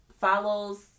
follows